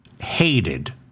hated